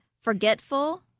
forgetful